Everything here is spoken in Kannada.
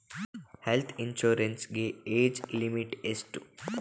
ಹೆಲ್ತ್ ಇನ್ಸೂರೆನ್ಸ್ ಗೆ ಏಜ್ ಲಿಮಿಟ್ ಎಷ್ಟು?